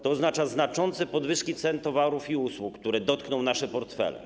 To oznacza znaczące podwyżki cen towarów i usług, które dotkną nasze portfele.